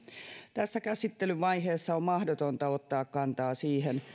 tässä käsittelyvaiheessa on mahdotonta ottaa kantaa siihen